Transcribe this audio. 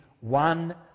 one